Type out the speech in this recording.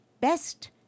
best